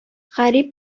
гарип